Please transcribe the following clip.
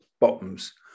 bottoms